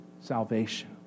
salvation